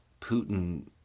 Putin